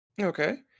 okay